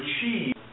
achieve